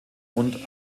und